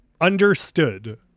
Understood